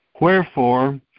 Wherefore